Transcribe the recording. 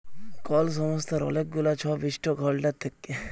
call সংস্থার অলেক গুলা ছব ইস্টক হল্ডার থ্যাকে